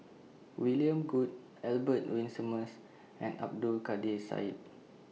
William Goode Albert Winsemius and Abdul Kadir Syed